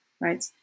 right